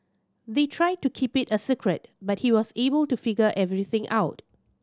they tried to keep it a secret but he was able to figure everything out